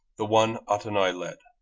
the one autonoe led,